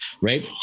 right